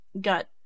got